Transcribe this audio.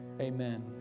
Amen